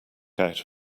out